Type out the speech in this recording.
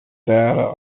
data